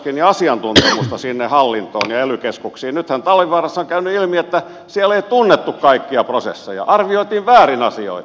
nythän talvivaarassa on sillä siinä hallin koneellkeskuksen otantalevansa käynyt ilmi että siellä ei tunnettu kaikkia prosesseja arvioitiin väärin asioita